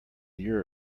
year